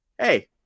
hey